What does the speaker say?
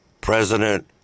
President